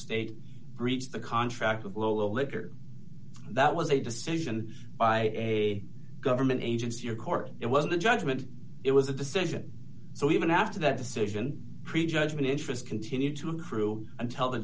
state breached the contract of low liquor that was a decision by a government agency or court it was a judgment it was a decision so even after that decision prejudgment interest continued to a crew until the